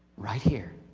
right here.